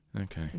Okay